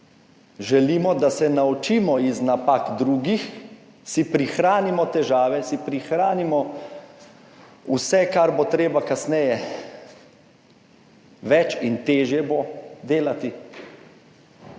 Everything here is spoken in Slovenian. želimo, da se naučimo iz napak drugih, si prihranimo težave, si prihranimo vse, kar bo treba kasneje več in težje delati,